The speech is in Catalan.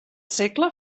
segle